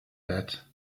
that